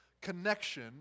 connection